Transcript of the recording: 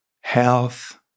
health